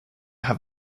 have